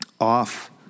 off